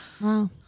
Wow